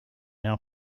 our